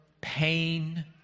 pain